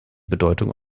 bedeutung